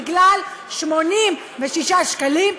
בגלל 86 שקלים,